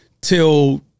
till